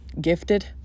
gifted